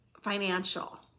financial